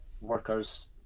workers